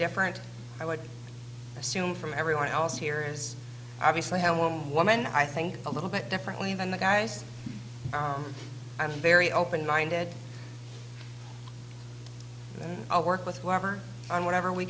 different i would assume from everyone else here is obviously one woman i think a little bit differently than the guys i'm very open minded and i work with whoever and whatever we